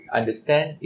understand